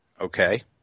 okay